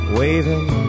waving